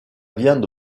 viande